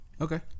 Okay